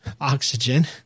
oxygen